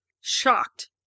Shocked